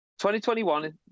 2021